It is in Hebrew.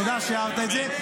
תודה שהערת את זה.